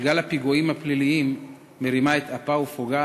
כשגל הפיגועים הפליליים מרים את אפו ופוגע